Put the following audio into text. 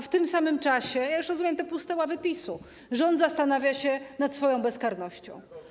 W tym samym czasie - ja już rozumiem te puste ławy PiS-u - rząd zastanawia się nad swoją bezkarnością.